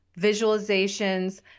visualizations